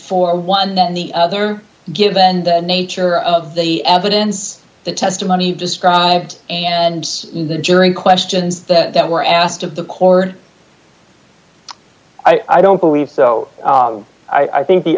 for one than the other given the nature of the evidence the testimony described and the jury questions that were asked of the corn i don't believe so i think the